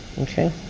Okay